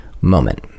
moment